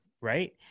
right